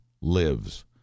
lives